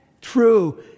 True